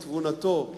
בתבונתו,